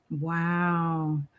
Wow